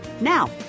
Now